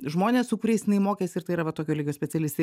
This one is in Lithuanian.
žmonės su kuriais jinai mokėsi ir tai yra va tokio lygio specialistai